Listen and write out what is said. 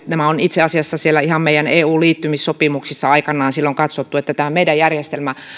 nämä on itse asiassa siellä ihan meidän eu liittymissopimuksissamme aikanaan silloin katsottu että tämä meidän järjestelmämme